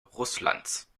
russlands